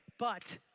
but,